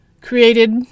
created